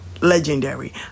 Legendary